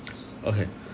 okay